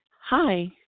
Hi